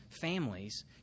families